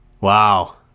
Wow